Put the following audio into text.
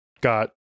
got